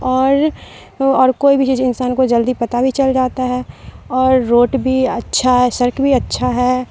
اور اور کوئی بھی چیز انسان کو جلدی پتہ بھی چل جاتا ہے اور روٹ بھی اچھا ہے سڑک بھی اچھا ہے